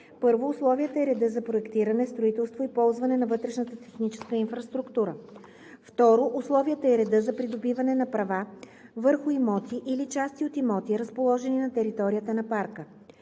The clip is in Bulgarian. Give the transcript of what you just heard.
1. условията и реда за проектиране, строителство и ползване на вътрешната техническа инфраструктура; 2. условията и реда за придобиване на права върху имоти или части от имоти, разположени на територията на парка;